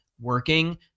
working